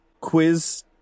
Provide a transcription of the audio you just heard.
Quiz